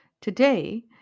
Today